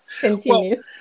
Continue